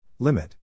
Limit